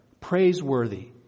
praiseworthy